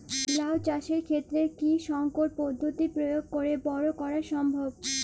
লাও চাষের ক্ষেত্রে কি সংকর পদ্ধতি প্রয়োগ করে বরো করা সম্ভব?